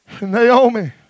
Naomi